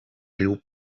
riu